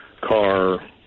car